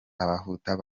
abahutu